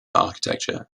architecture